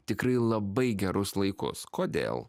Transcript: tikrai labai gerus laikus kodėl